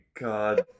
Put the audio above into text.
God